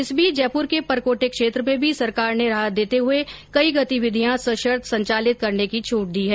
इस बीच जयपुर के परकोटे क्षेत्र में भी सरकार ने राहत देते हुए कई गतिविधियां सशर्त संचालित करने की छूट दी है